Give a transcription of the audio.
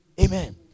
amen